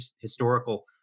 historical